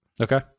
Okay